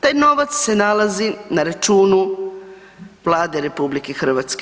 Taj novac se nalazi na računu Vlade RH.